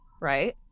right